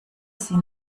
sie